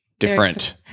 Different